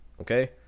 okay